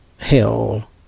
hell